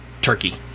Turkey